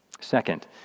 Second